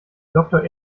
doktor